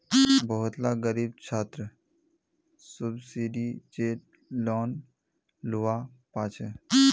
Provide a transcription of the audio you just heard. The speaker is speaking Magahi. बहुत ला ग़रीब छात्रे सुब्सिदिज़ेद लोन लुआ पाछे